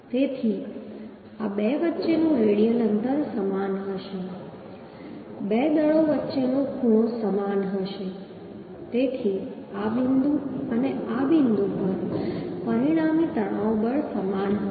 તેથી આ બે વચ્ચેનું રેડિયલ અંતર સમાન હશે બે દળો વચ્ચેનો ખૂણો સમાન હશે તેથી આ બિંદુ અને આ બિંદુ પર પરિણામી તણાવ સમાન હશે